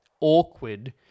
awkward